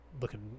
Looking